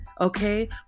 Okay